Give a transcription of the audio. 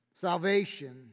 Salvation